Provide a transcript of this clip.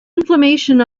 inflammation